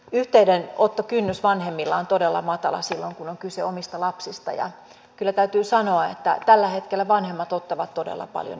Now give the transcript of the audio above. yhteydenottokynnys vanhemmilla on todella matala silloin kun on kyse omista lapsista ja kyllä täytyy sanoa että tällä hetkellä vanhemmat ottavat todella paljon yhteyttä